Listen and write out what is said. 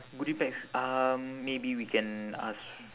goody bags um maybe we can ask